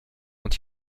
ont